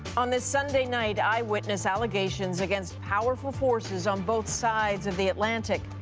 on this sunday night eyewitness allegations against powerful forces on both sides of the atlantic.